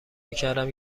میکردم